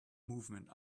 movement